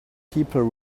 people